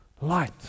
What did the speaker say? Light